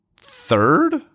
third